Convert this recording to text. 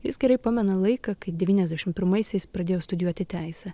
jis gerai pamena laiką kai devyniasdešimt pirmaisiais pradėjo studijuoti teisę